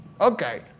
Okay